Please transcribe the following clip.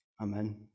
Amen